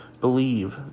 Believe